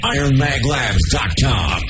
IronMagLabs.com